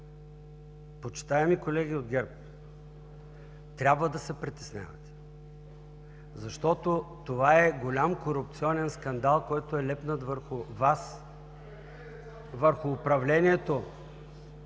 Почитаеми колеги от ГЕРБ! Трябва да се притеснявате, защото това е голям корупционен скандал, който е лепнат върху Вас, върху управлението